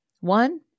one